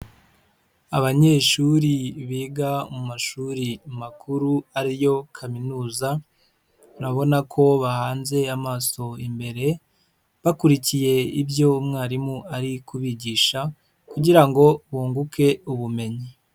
Abanyeshuri biga mu mashuri makuru ari yo kaminuza urabona ko bahanze amaso imbere, bakurikiye ibyo umwarimu ari kubigisha kugira ngo bunguke ubumenyi.